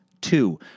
Two